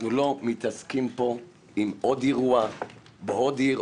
אנחנו לא מתעסקים פה עם עוד אירוע בעוד עיר,